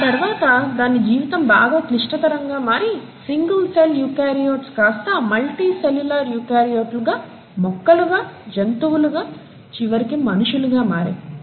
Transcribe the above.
ఆ తర్వాత దాని జీవితం బాగా క్లిష్టతరంగా మారి సింగల్ సెల్ యూకార్యోట్లు కాస్తా మల్టీ సెల్యూలర్ యూకార్యోట్లుగా మొక్కలుగా జంతువులుగా చివరికి మనుషులుగా మారాయి